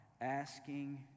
asking